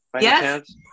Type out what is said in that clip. Yes